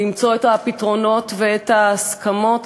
למצוא את הפתרונות ואת ההסכמות,